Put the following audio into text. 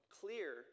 clear